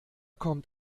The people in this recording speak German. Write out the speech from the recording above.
kommt